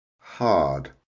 Hard